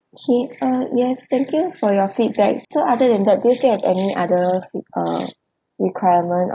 okay uh yes thank you for your feedbacks so other than that do you still have any other uh requirement